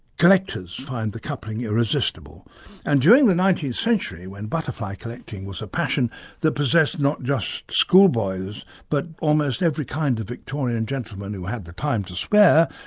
collectors find the coupling irresistible and during the nineteenth century when butterfly collection was a passion that possessed not just schoolboys but almost every kind of victorian gentleman who had the time to spare,